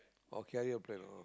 okay carrier plan oh